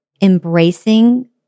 embracing